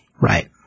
Right